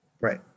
right